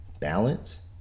balance